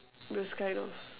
those kind of